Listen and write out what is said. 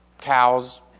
cows